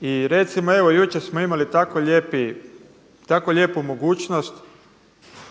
i recimo evo jučer smo imali tako lijepu mogućnost.